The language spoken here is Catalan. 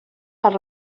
per